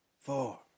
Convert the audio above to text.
four